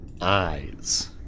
eyes